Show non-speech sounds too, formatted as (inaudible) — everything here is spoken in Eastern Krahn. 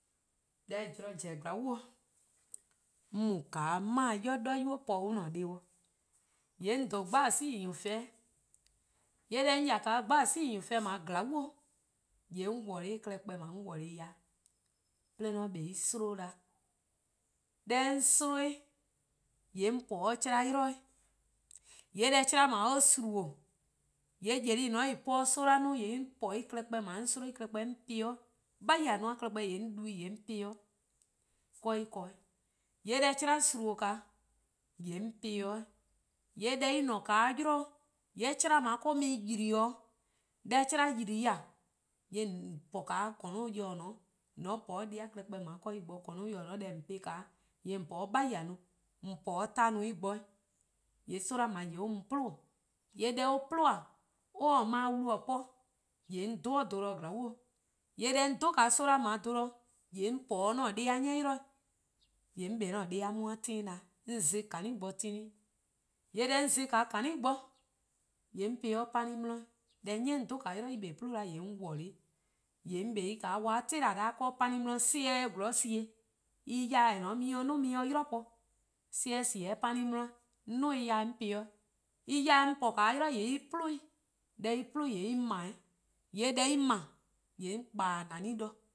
Deh zorn zen-a zorn bo 'on mu 'de 'mae' 'worn 'de :dha nynuu:-a po-dih :an-a' deh+ di, :yee' 'on dhen :bhasi' wlon+ 'weh, yee' deh 'on :ya-a 'de :dhasi' wlon" :dao' glaa'on, :yee' 'on worlor: en klehkpeh :dao' 'on worlor-ih dih, 'de jorwor: 'an kpa 'o en-' 'slen 'da, deh 'on 'slen-a, :yee' 'on po 'de chlan 'yli 'weh, :yee' deh 'chlan :dao' or suma'-' :yee' :beh-dih :dao' en po-dih-a soma 'no :yee' 'on (hesitation) po 'de en klehkpeh, 'on slen en klehkpeh 'on po-ih 'de, 'beheh:-a klehkpeh :yee' 'on du-ih :yee' 'on po-eh 'de en ken 'weh. :yee' deh 'chlan suma'-' :yee' 'on po-ih 'de 'weh, :yee' deh en :ne-a 'de 'yli, :yee' 'chlan :dao' or-: mu-ih :yli-dih'. 'De 'chlan yli-a, :yee' (hesitation) :on po 'de :korno'yor 'weh, :mor :on po 'de deh+-a klehkpeh 'de en bo, :korno'-yor: :dao deh :on po-ih-a 'de, :on po 'de 'beheh: 'i, :o n po 'de 'torn 'i 'de or bo 'weh, :yee' soma' :dao' or mu 'plun-:, :yee' deh or 'pluh-a, :mor or :taa ma-wlu po, :yee' 'on dhe-or 'bluhbo-dih glaa'on, :yee' deh 'on dhe-a 'o :dao' 'do 'bluhba-dih, :yee' 'on po 'de 'an-a' dih-a 'ni 'yli 'weh, :yee' 'on kpa 'de 'an-a' deh-a bo-dih tehn 'da 'weh, :yee' deh 'on :za-ih-a :kani' bo, :yee' 'on po-ih 'de pani 'di, :yee' 'ni 'on dhe-a 'yli-dih :yee' eh kpa 'o 'pluh 'da 'weh, :yee' 'on worlor-ih, :yee' 'on 'kpa en dih 'tela: 'da 'weh 'de pani 'di sobu+ 'ye 'da 'zorn :sie:, :en 'yor-eh :en ne-a 'on 'ye-ih 'duo: 'on 'ye-ih 'de 'yli po, sobu+ :sie: 'de pani 'di 'weh, 'on 'duo: en 'jeh 'yor-eh' 'on po-ih 'de 'weh, en 'yor-eh 'on po-a 'de 'yli :yee' en 'plunun', 'deh en 'plun-a :yee' en ma-', :yee' deh en ma-', :yee' 'on kpa neh de-dih.